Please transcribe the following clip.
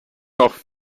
noch